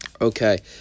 Okay